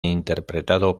interpretado